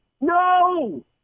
No